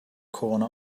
corner